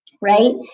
right